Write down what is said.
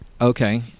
Okay